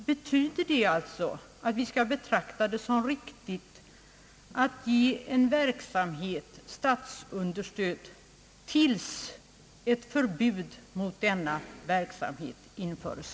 Betyder det alltså att vi skall ge en verksamhet statsunderstöd till dess ett förbud mot denna verksamhet införes?